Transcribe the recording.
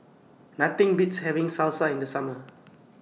Nothing Beats having Salsa in The Summer